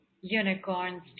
unicorn's